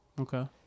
Okay